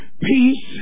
peace